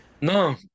no